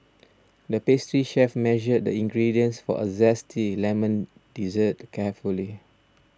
the pastry chef measured the ingredients for a Zesty Lemon Dessert carefully